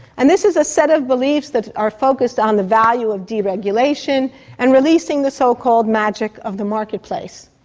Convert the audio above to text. and this is a set of beliefs that are focused on the value of deregulation and releasing the so-called magic of the marketplace.